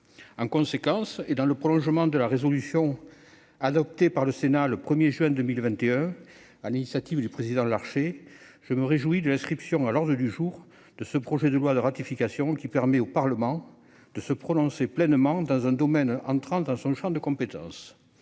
En conséquence, et dans le prolongement de la résolution adoptée par le Sénat le 1 juin 2021, sur l'initiative du président Larcher, je me réjouis de l'inscription à l'ordre du jour de ce projet de loi de ratification, qui permet au Parlement de se prononcer pleinement dans un domaine entrant dans son champ de compétences,